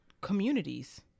Communities